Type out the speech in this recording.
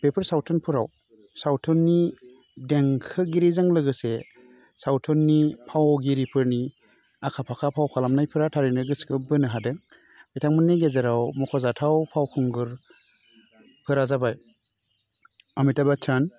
बेफोर सावथुनफोराव सावथुननि देंखोगिरिजों लोगोसे सावथुननि फावगिरिफोरनि आखा फाखा फाव खालामनायफोरा थारैनो गोसो बोनो हादों बिथांमोननि गेजेराव मख'जाथाव फावखुंगुरफोरा जाबाय अमिताभ बच्चन